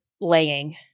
laying